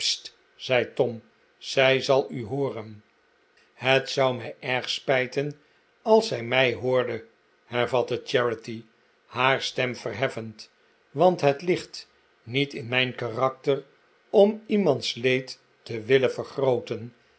tom zij zal u hooren het zou mij erg spijten als zij mij hoorde hervatte charity haar stem verheffend want het ligt niet in mijn karakter om iemands leed te willen vergrooten